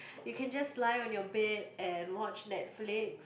you can just lie on your bed and watch Netflix